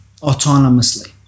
autonomously